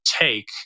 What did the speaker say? take